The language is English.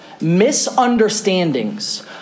misunderstandings